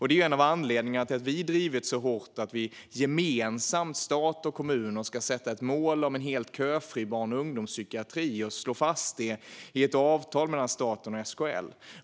Det är en av anledningarna till att vi gemensamt, stat och kommuner, ska sätta ett mål om en helt köfri barn och ungdomspsykiatri och slå fast det i ett avtal mellan staten och SKL.